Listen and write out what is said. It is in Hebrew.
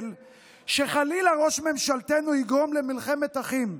שחלילה ראש ממשלתנו יגרום למלחמת אחים.